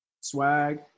Swag